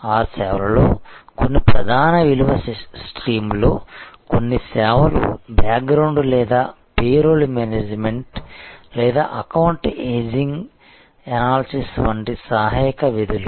ఆ సేవలలో కొన్ని ప్రధాన విలువ స్ట్రీమ్లో కొన్ని సేవలు బ్యాక్గ్రౌండ్ లేదా పేరోల్ మేనేజ్మెంట్ లేదా అకౌంట్ ఏజింగ్ అనాలిసిస్ వంటి సహాయక విధులు